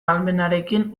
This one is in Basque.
ahalmenarekin